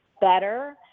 better